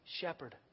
shepherd